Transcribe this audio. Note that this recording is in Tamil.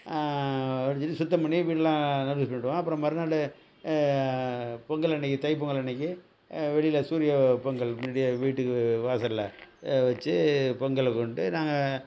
சுத்தம் பண்ணி வீடெலாம் பண்ணிடுவோம் அப்புறம் மறுநாள் பொங்கல் அன்னைக்கி தை பொங்கல் அன்னைக்கி வெளியில சூரிய பொங்கல் முன்னாடியே வீட்டுக்கு வாசல்ல வச்சு பொங்கலை கும்பிட்டு நாங்கள்